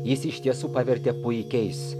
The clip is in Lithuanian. jis iš tiesų pavertė puikiais